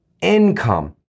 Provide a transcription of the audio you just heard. income